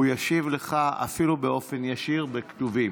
הוא ישיב לך, אפילו באופן ישיר בכתובים.